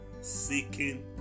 seeking